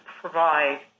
provide